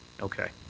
okay.